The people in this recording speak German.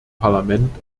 parlament